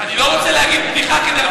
אני לא רוצה להגיד בדיחה כדי לא,